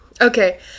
okay